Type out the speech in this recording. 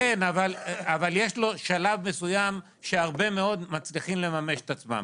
יש לו שלב מסוים שהרבה מאוד מצליחים לממש את עצמם,